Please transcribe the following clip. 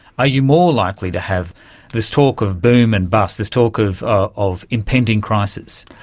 are you more likely to have this talk of boom and bust, this talk of ah of impending crisis?